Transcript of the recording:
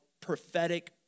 prophetic